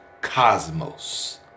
cosmos